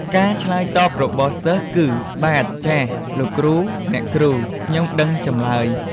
ការឆ្លើយតបរបស់សិស្សគឺ បាទ ចាស លោកគ្រូ អ្នកគ្រូ ខ្ញុំដឹងចម្លើយ។